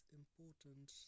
important